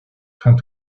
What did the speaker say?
trains